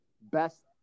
best